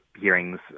hearings